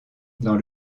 dans